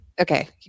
Okay